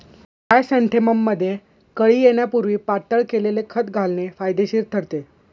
क्रायसॅन्थेमममध्ये कळी येण्यापूर्वी पातळ केलेले खत घालणे फायदेशीर ठरते